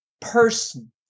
person